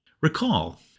Recall